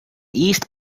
east